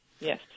Yes